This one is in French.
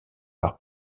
par